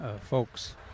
folks –